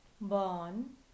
born